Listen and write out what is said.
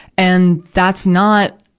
and, that's not,